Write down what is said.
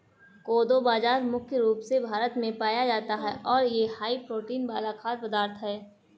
कोदो बाजरा मुख्य रूप से भारत में पाया जाता है और यह हाई प्रोटीन वाला खाद्य पदार्थ है